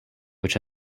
which